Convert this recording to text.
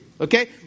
okay